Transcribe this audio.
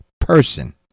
person